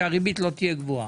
שהריבית לא תהיה גבוהה.